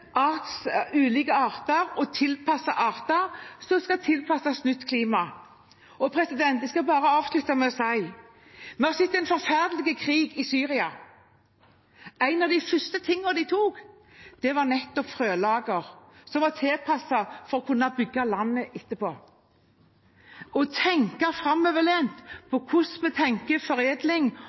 sett en forferdelig krig i Syria. Noe av det første de tok, var frølageret, som var tilpasset for å kunne bygge landet etterpå. Det er viktig å tenke framoverlent – hvordan vi tenker foredling,